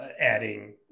adding